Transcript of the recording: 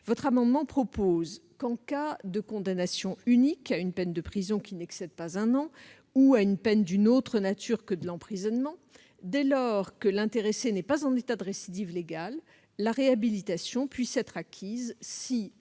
dans certains délais. En cas de condamnation unique à une peine de prison qui n'excède pas un an ou à une peine d'une autre nature que de l'emprisonnement, dès lors que l'intéressé n'est pas en état de récidive légale, ils proposent que la réhabilitation puisse être acquise si,